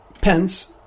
pence